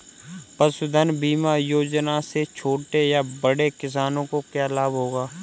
पशुधन बीमा योजना से छोटे या बड़े किसानों को क्या लाभ होगा?